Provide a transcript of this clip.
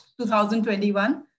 2021